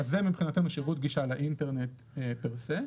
זה מבחינתנו שירות גישה לאינטרנט פר סה.